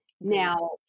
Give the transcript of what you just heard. Now